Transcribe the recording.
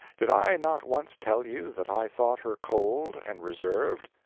did i not once tell you that i thought her cold and reserved?